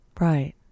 Right